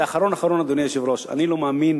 ואחרון אחרון, אדוני היושב-ראש: אני לא מאמין,